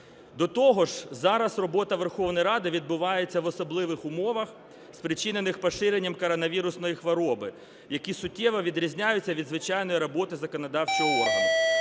До того ж зараз робота Верховної Ради відбувається в особливих умовах, спричинених поширенням коронавірусної хвороби, які суттєво відрізняються від звичайної роботи законодавчого органу.